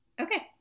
Okay